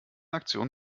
aktion